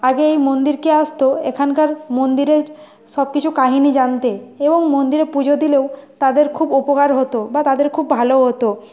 আগে এই মন্দিরকে আসতো এখানকার মন্দিরের সবকিছু কাহিনি জানতে এবং মন্দিরে পুজো দিলেও তাদের খুব উপকার হতো বা তাদের খুব ভালো হতো